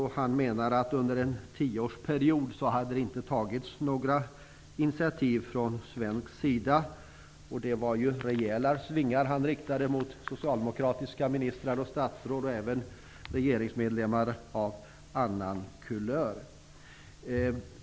Han menar att det under en tioårsperiod inte har tagits några initiativ från svensk sida. Det var rejäla svingar han riktade mot socialdemokratiska ministrar och statsråd samt även mot regeringsmedlemmar av annan kulör.